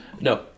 No